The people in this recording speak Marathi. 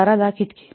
1200000 इतकी